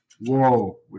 Whoa